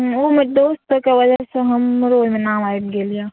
ओ हमर दोस्तके वजह से हमरो ओहिमे नाम आबि गेल यऽ